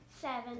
seven